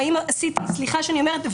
והאם עשיתי "וי".